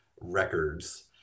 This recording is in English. records